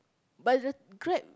but is the Grab